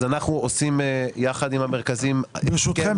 אז אנחנו עושים יחד עם המרכזים --- ברשותכם,